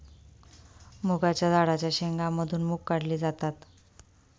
मुगाच्या झाडाच्या शेंगा मधून मुग काढले जातात